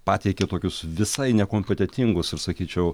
pateikia tokius visai nekompetentingus ir sakyčiau